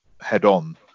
head-on